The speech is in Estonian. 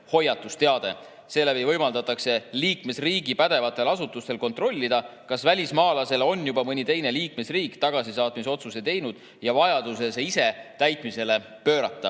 hoiatusteade. Seeläbi võimaldatakse liikmesriigi pädevatel asutustel kontrollida, kas välismaalase kohta on juba mõni teine liikmesriik tagasisaatmisotsuse teinud ja vajaduse korral see ise täitmisele pöörata.